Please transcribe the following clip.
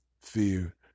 Fear